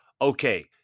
okay